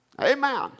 Amen